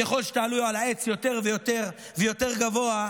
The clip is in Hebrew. ככל שתעלו על העץ יותר ויותר ויותר גבוה,